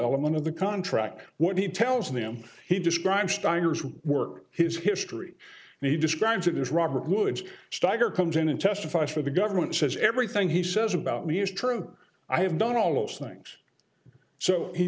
element of the contract what he tells them he describes trying to work his history he describes it as robert woods steiger comes in and testifies for the government says everything he says about me is true i have done all those things so he